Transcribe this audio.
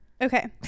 Okay